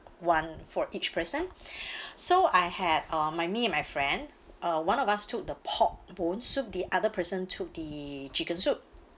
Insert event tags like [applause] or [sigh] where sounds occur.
one for each person [breath] so I had uh my me and my friend uh one of us took the pork bone soup the other person took the chicken soup